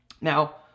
Now